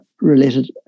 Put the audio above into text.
related